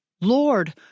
Lord